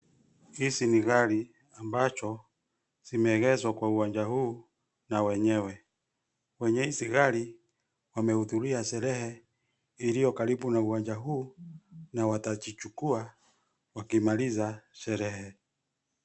Hizi ni gari ambacho zimeegezwa kwa uwanja huu na wenyewe, wenye hizi gari wamehudhuria sherehe iliyo karibu na uwanja huu, na wataji chukua wakimaliza sherehe.